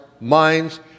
minds